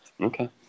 Okay